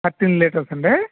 thirteen litres అండి